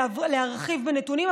להרחיב בנתונים,